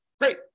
Great